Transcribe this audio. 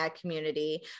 Community